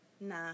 Nah